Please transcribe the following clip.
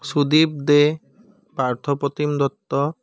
Sudip De' Partha Pratim Dutta